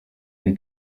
iri